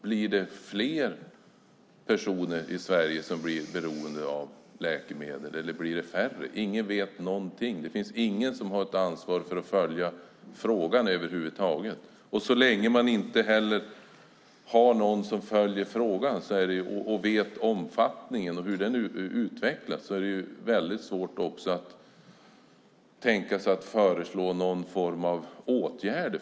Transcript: Blir det fler personer i Sverige som är beroende av läkemedel, eller blir det färre? Ingen vet någonting. Ingen har ett ansvar för att över huvud taget följa frågan. Så länge man inte har någon som följer frågan och som vet omfattningen och hur det hela utvecklas är det väldigt svårt att tänka sig att föreslå någon form av åtgärder.